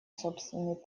собственный